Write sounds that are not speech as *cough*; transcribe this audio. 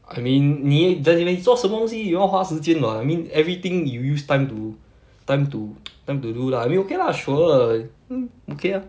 I mean 你 th~ 你做什么东西也要花时间 [what] I mean everything you use time to time to *noise* time to do lah I mean okay lah sure h~ okay ah